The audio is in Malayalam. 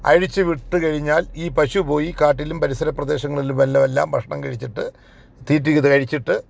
അഴിച്ച് വിട്ട് കഴിഞ്ഞാൽ ഈ പശു പോയി കാട്ടിലും പരിസരപ്രദേശങ്ങളിമെല്ലാം എല്ലാം ഭക്ഷണം കഴിച്ചിട്ട് തീറ്റി ഇത് കഴിച്ചിട്ട്